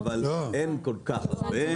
אבל אין כל כך הרבה.